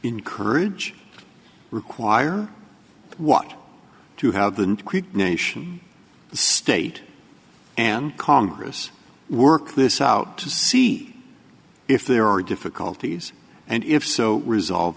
encourage require what to how the nation state and congress work this out to see if there are difficulties and if so resolve